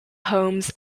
homes